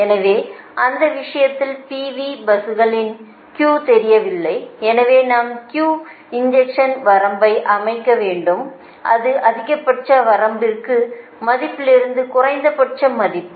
எனவே அந்த விஷயத்தில் PV பஸ்களில் Q தெரியவில்லை எனவே நாம் Q இன்ஜெக்ஷனின் வரம்பை அமைக்க வேண்டும் அது அதிகபட்ச மதிப்புலிருந்து குறைந்தபட்ச மதிப்பு